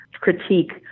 critique